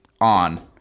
on